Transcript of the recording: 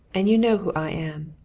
and you know who i am.